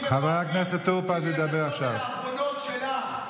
וכואבים כדי לכסות על העוונות שלך.